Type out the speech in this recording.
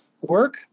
work